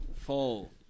fall